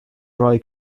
dry